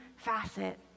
facet